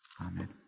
amen